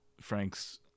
Frank's